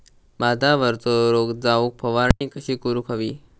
भातावरचो रोग जाऊक फवारणी कशी करूक हवी?